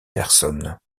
personnes